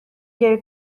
geri